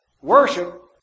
Worship